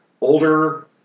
older